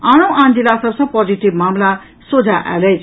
आनो जिला सभ सँ पॉजिटिव मामिला सोझा आयल अछि